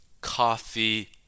coffee